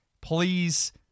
Please